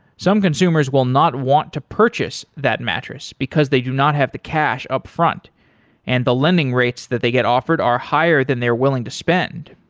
some consumers will not want to purchase that mattress because they do not have the cash upfront and the lending rates that they get offered are higher than they're willing to spend.